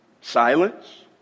Silence